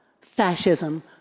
fascism